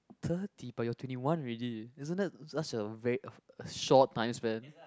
thirty but you're twenty one already isn't that such a very a short time span